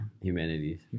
Humanities